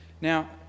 Now